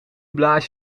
blaas